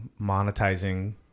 monetizing